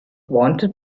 wanted